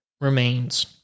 remains